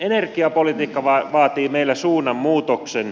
energiapolitiikka vaatii meillä suunnanmuutoksen